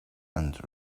and